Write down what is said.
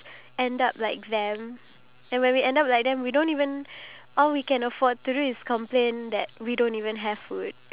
then wouldn't you want to change your perception about you receiving food everyday here in singapore